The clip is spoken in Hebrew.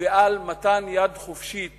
ועל מתן יד חופשית